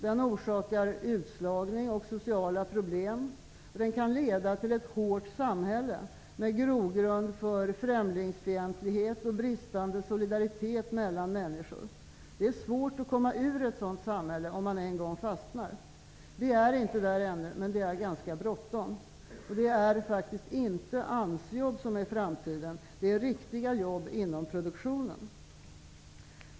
Den orsakar utslagning och sociala problem. Den kan leda till ett hårt samhälle med grogrund för främlingsfientlighet och bristande solidaritet mellan människor. Det är svårt att komma ur ett sådant samhälle om man en gång har fastnat. Vi är inte där ännu, men det är ganska bråttom. Det är faktiskt inte AMS-jobb som är framtiden, utan riktiga jobb inom produktionen.